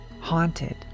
haunted